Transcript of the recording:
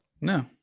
No